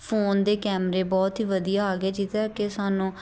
phone ਦੇ ਕੈਮਰੇ ਬਹੁਤ ਹੀ ਵਧੀਆ ਆ ਗਏ ਜਿਹਦਾ ਕਿ ਸਾਨੂੰ